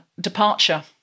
departure